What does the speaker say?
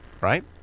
right